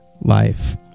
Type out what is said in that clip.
life